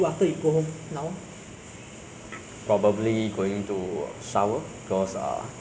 the usual things I will do is go to Facebook or I_G uh update myself